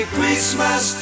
Christmas